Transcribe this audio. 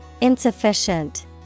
insufficient